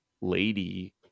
lady